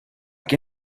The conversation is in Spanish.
que